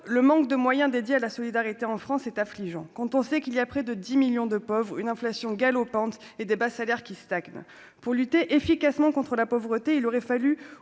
le manque de moyens dédiés à la solidarité en France est affligeant, quand on sait qu'il y a près de 10 millions de pauvres une inflation galopante et des bas salaires qui stagnent pour lutter efficacement contre la pauvreté, il aurait fallu